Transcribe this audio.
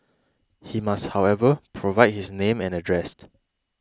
he must however provide his name and address